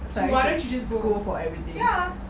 so why don't you just go ya